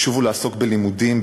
ישובו לעסוק בלימודים,